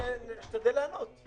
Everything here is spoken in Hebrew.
אשתדל לענות.